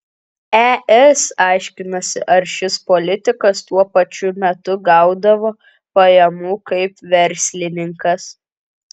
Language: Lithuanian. es aiškinasi ar šis politikas tuo pačiu metu gaudavo pajamų kaip verslininkas